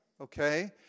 Okay